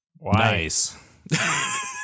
Nice